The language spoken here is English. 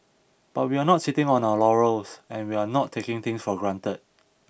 but we're not sitting on our laurels and we're not taking things for granted